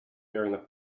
during